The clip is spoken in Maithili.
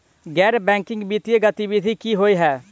गैर बैंकिंग वित्तीय गतिविधि की होइ है?